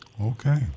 Okay